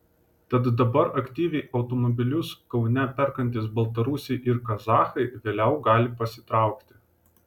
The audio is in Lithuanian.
tad dabar aktyviai automobilius kaune perkantys baltarusiai ir kazachai vėliau gali pasitraukti